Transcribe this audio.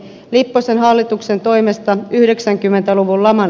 lipposen hallituksen toimesta yhdeksänkymmentä luvulla oman